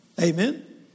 Amen